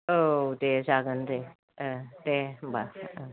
औ दे जागोन दे ओ दे होमबा